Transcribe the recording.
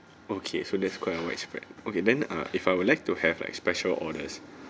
okay so that's quite a widespread okay then ah if I would like to have like special orders